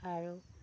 আৰু